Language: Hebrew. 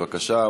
בבקשה,